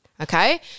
okay